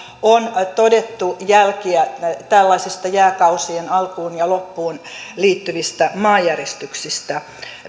on todettu jälkiä tällaisesta jääkausien alkuun ja loppuun liittyvistä maanjäristyksistä